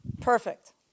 Perfect